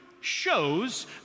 shows